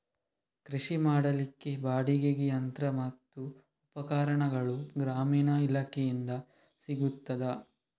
ಕೃಷಿ ಮಾಡಲಿಕ್ಕೆ ಬಾಡಿಗೆಗೆ ಯಂತ್ರ ಮತ್ತು ಉಪಕರಣಗಳು ಗ್ರಾಮೀಣ ಇಲಾಖೆಯಿಂದ ಸಿಗುತ್ತದಾ?